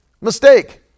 Mistake